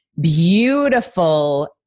beautiful